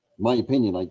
my opinion, like